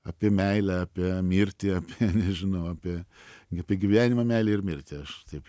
apie meilę apie mirtį apie nežinau apie apie gyvenimą meilę ir mirtį aš taip